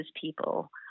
people